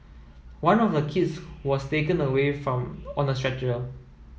one of the kids was taken away from on a stretcher